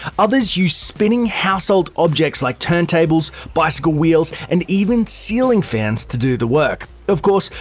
others use spinning household objects like turntables, bicycle wheels, and even ceiling fans to do the work. of course,